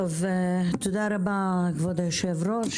תודה רבה כבוד היושב ראש,